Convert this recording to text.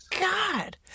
god